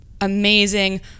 amazing